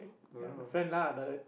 no no